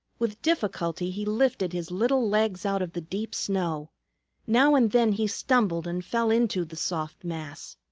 with difficulty he lifted his little legs out of the deep snow now and then he stumbled and fell into the soft mass.